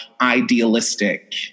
idealistic